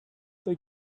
they